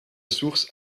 source